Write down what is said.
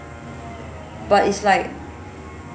but it's like